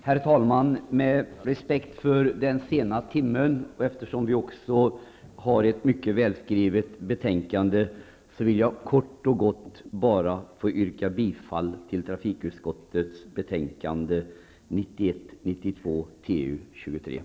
Herr talman! Jag yrkar bifall till utskottets hemställan i trafikutskottets betänkande nr 23 och avslag på regeringspartiernas reservation.